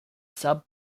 sub